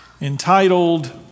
entitled